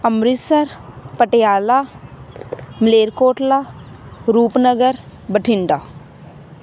Amritsar Patiala Malerkotla Rupnagar Bathinda